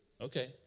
Okay